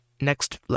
next